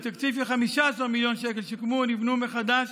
בתקציב של 15 מיליון שקל שוקמו או נבנו מחדש